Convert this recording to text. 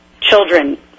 children